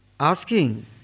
asking